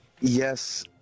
Yes